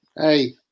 Hey